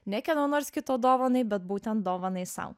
ne kieno nors kito dovanai bet būtent dovanai sau